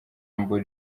humble